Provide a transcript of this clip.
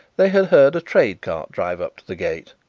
they had heard a trade cart drive up to the gate,